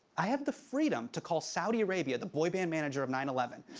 i have the freedom to call saudi arabia the boy band manager of nine eleven.